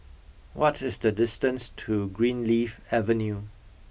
what is the distance to Greenleaf Avenue